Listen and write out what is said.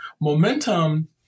momentum